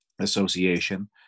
Association